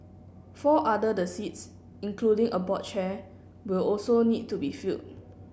four other the seats including a board chair will also need to be filled